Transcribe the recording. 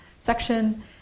section